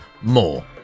more